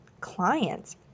clients